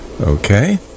Okay